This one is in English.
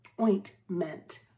ointment